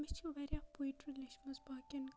مےٚ چھِ واریاہ پویٹری لیٚچھمٕژ باقیَن خٲطرٕ